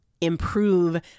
improve